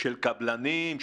של קבלנים?